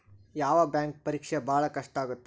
ಯಾವ್ ಬ್ಯಾಂಕ್ ಪರೇಕ್ಷೆ ಭಾಳ್ ಕಷ್ಟ ಆಗತ್ತಾ?